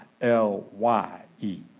L-Y-E